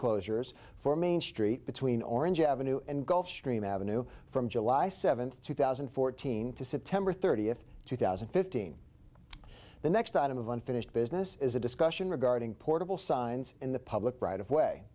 closures for main street between orange avenue and gulf stream avenue from july seventh two thousand and fourteen to september thirtieth two thousand and fifteen the next item of unfinished business is a discussion regarding portable signs in the public right